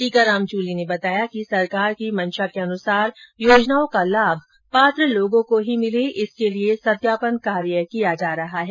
टीकाराम जूली ने बताया कि सरकार की मंशा के अनुसार योजनाओं का लाभ पात्र लोगों को ही मिले इसके लिए सत्यापन कार्य किया जा रहा है